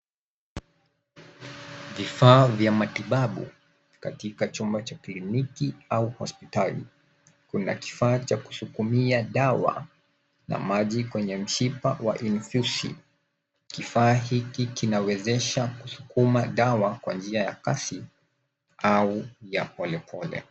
Vifaa vya matibabu katika chombo cha kliniki au hospitali. Kuna kifaa cha kusukumia dawa na maji kwenye mshiba wa infishi, kifaa hiki kinaweza kusukuma dawa kwa njia ya kasi au ya polepole.